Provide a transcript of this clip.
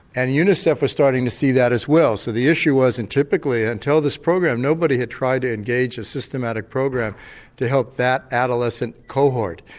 and unicef was starting to see that as well so the issue wasn't typically until this program nobody had tried to engage a systematic program to help that adolescent cohort.